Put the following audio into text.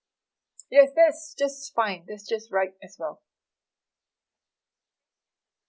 yes that's just fine it's just right as well